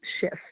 shift